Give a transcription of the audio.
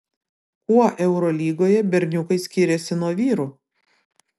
kuo eurolygoje berniukai skiriasi nuo vyrų